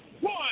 one